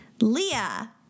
Leah